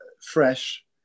fresh